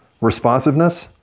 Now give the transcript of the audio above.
responsiveness